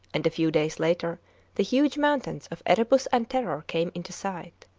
and a few days later the huge mountains of erebus and terror came into sight.